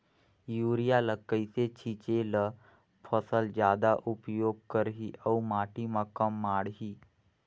Urea ल कइसे छीचे ल फसल जादा उपयोग करही अउ माटी म कम माढ़ही?